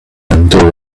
undo